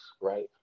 right